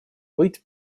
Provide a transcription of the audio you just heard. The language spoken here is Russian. быть